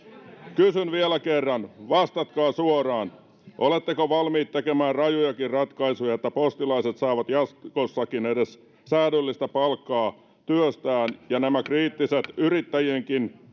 kysyn vielä kerran vastatkaa suoraan oletteko valmiit tekemään rajujakin ratkaisuja että postilaiset saavat jatkossakin edes säädyllistä palkkaa työstään ja että nämä yrittäjien